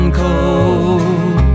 cold